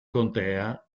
contea